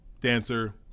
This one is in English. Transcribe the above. Dancer